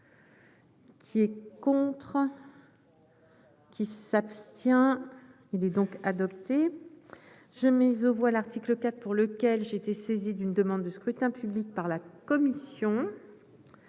Qui est contre qui s'abstient, il est donc adopté je mets vois l'article 4 pour lequel j'ai été saisi d'une demande de scrutin public par la commission